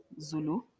Zulu